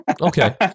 Okay